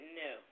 no